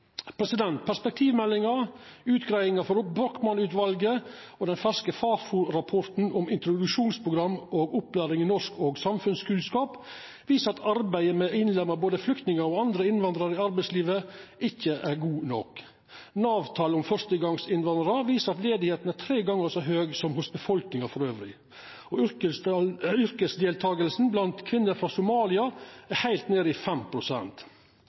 Perspektivmeldinga, utgreiinga frå Brochmann-utvalet og den ferske Fafo-rapporten om introduksjonsprogram og opplæring i norsk og samfunnskunnskap viser at arbeidet med å innlemma både flyktningar og andre innvandrarar i arbeidslivet ikkje er godt nok. Nav-tal om førstegongsinnvandrarar viser at arbeidsløysa er tre gonger så høg som i befolkninga elles. Yrkesdeltakinga blant kvinner frå Somalia er heilt nede i